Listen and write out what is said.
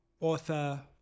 author